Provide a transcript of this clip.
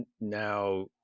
now